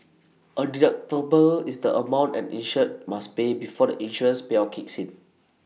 A deductible is the amount an insured must pay before the insurance payout kicks in